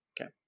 okay